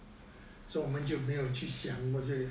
so 我们就没有去想这些